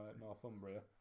Northumbria